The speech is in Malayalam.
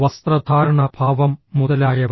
വസ്ത്രധാരണ ഭാവം മുതലായവ